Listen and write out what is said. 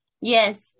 yes